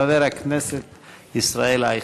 חבר הכנסת ישראל אייכלר.